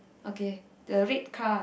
okay the red car